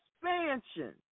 expansion